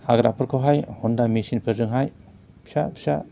हाग्राफोरखौहाय हन्दा मेशिनफोरजोंहाय फिसा फिसा